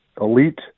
elite